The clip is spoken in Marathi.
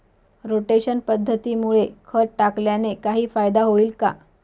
रोटेशन पद्धतीमुळे खत टाकल्याने काही फायदा होईल का?